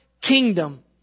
kingdom